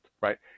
right